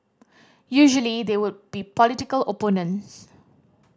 usually they would be political opponents